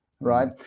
Right